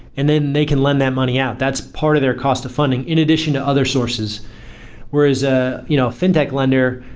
and then they can lend that money out. that's part of their cost of funding in addition to other sources whereas a you know fintech lender,